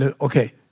Okay